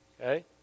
okay